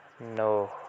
no